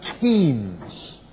teams